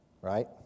Right